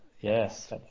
yes